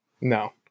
No